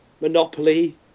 Monopoly